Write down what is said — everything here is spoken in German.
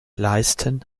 leisten